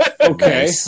okay